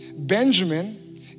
Benjamin